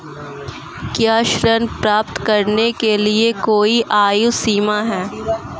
क्या ऋण प्राप्त करने के लिए कोई आयु सीमा है?